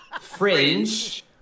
fringe